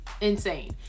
insane